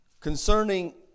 concerning